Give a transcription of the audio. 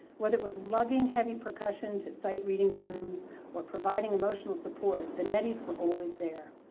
whether it was lugging heavy percussion to sight-reading rooms or providing emotional support, the netties were always there.